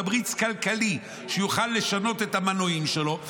תמריץ כלכלי שהיא תוכל לשנות את המנועים שלה.